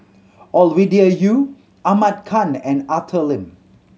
Ovidia Yu Ahmad Khan and Arthur Lim